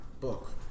book